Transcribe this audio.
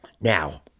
Now